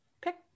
pick